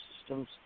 systems